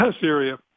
Syria